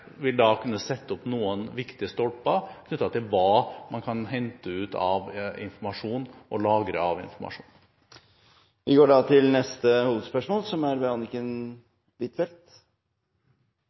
vil da kunne sette opp noen viktige stolper knyttet til hva man kan hente ut og lagre av informasjon. Vi går til neste hovedspørsmål. Mitt spørsmål går til utenriksministeren. Grovt sett må vi si at det er